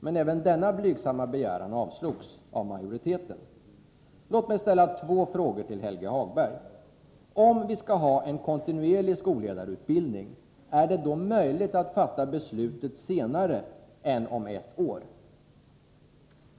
Men även denna blygsamma begäran avslås av majoriteten. Låt mig ställa två frågor till Helge Hagberg. Om vi skall ha en kontinuerlig skolledarutbildning, är det då möjligt att fatta beslutet senare än om ett år?